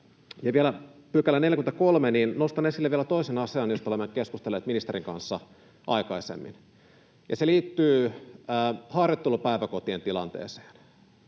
vielä pykälä 43, niin nostan esille vielä toisen asian, josta olemme keskustelleet ministerin kanssa aikaisemmin. Se liittyy harjoittelupäiväkotien tilanteeseen.